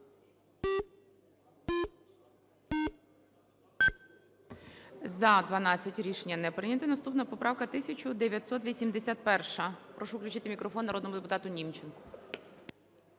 За-12 Рішення не прийнято. Наступна поправка – 1981-а. Прошу включити мікрофон народному депутату Німченку.